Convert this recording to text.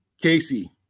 Casey